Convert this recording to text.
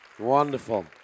Wonderful